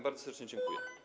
Bardzo serdecznie dziękuję.